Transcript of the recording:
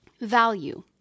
value